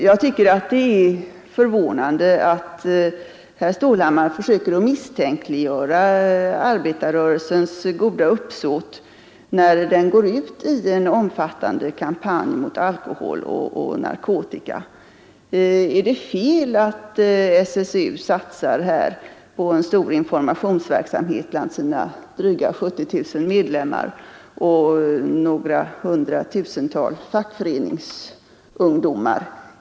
Jag tycker att det är förvånande att herr Stålhammar försöker misstänkliggöra arbetarrörelsens goda uppsåt, när den går ut i en omfattande kampanj mot alkohol och narkotika. Är det fel att SSU satsar på en stor informationsverksamhet bland sina drygt 70 000 medlemmar och några hundratusen fackföreningsungdomar?